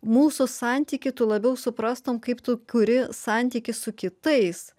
mūsų santykį tu labiau suprastum kaip tu kuri santykį su kitais